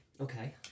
Okay